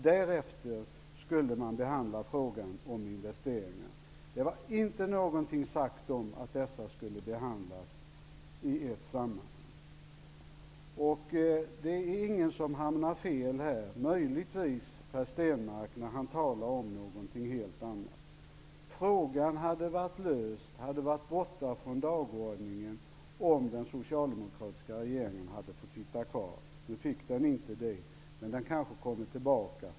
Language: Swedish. Därefter skulle frågan om investeringar behandlas. Ingenting sades om att dessa frågor skulle behandlas i ett sammanhang. Det är ingen som hamnar fel i den här diskussionen. Möjligen gör Per Stenmarck det när han talar om någonting helt annat. Frågan hade varit borta från dagordningen om den socialdemokratiska regeringen hade fått sitta kvar. Nu fick den inte det, men den kanske kommer tillbaka.